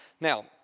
Now